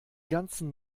ganzen